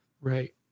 Right